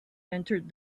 entered